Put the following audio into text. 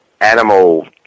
animal